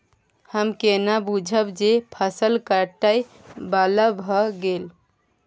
हम केना बुझब जे फसल काटय बला भ गेल?